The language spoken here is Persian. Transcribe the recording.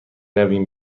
رویم